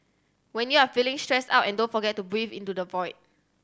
when you are feeling stressed out and don't forget to breathe into the void